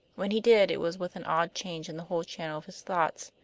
when he did, it was with an odd change in the whole channel of his thoughts.